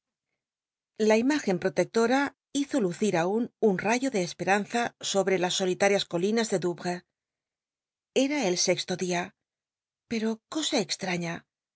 la imágen protectora hizo lucir aun un rayo de esperanza sobre las solilarias colinas de douvres era el sexto di a pero i cosa extraña